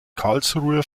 karlsruher